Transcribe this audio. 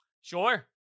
Sure